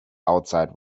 outside